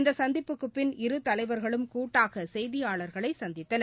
இந்தசந்திப்புக்குப் பின் இரு தலைவர்களும் கூட்டாகசெய்தியாளர்களைசந்தித்தனர்